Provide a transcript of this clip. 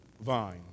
vine